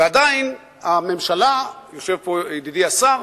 ועדיין הממשלה, יושב פה ידידי השר,